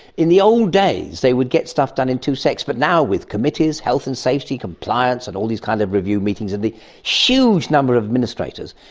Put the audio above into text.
in the old days they would get stuff done in two secs, but now with committees, health and safety, compliance and all these kind of review meetings and the huge number of administrators,